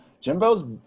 Jimbo's